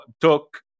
took